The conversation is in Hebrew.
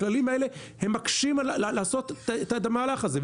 הכללים האלה הם מקשים לעשות את המהלך הזה.